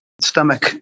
stomach